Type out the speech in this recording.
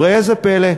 וראה זה פלא: